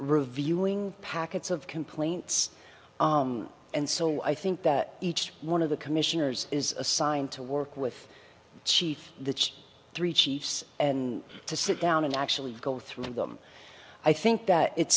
reviewing packets of complaints and so i think that each one of the commissioners is assigned to work with chief the three chiefs and to sit down and actually go through them i think that it's